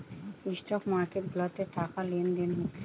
stock market গুলাতে টাকা লেনদেন হচ্ছে